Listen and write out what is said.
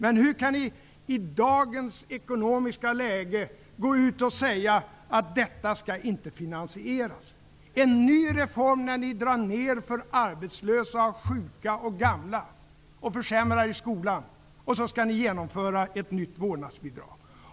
Men hur kan ni i dagens ekonomiska läge gå ut med att detta inte skall finansieras? Ni drar ned för arbetslösa, sjuka och gamla och försämrar i skolan, och så skall ni genomföra en ny reform -- ett vårdnadsbidrag!